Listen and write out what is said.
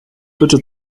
bitte